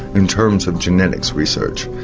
in terms of genetics research,